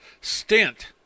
stint